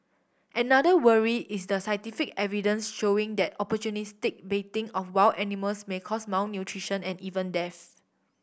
another worry is the scientific evidence showing that opportunistic baiting of wild animals may cause malnutrition and even death